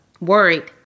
worried